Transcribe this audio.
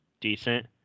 decent